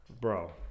bro